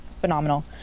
phenomenal